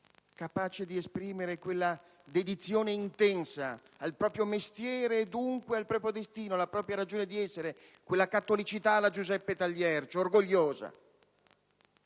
solennità e una dedizione intensa al proprio mestiere e, dunque, al proprio destino, alla propria ragione di essere di quella cattolicità alla Giuseppe Taliercio, cioè orgogliosa.